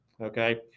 okay